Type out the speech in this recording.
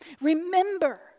Remember